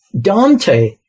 Dante